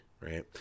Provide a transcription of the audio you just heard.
right